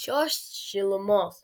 šios šilumos